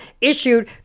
issued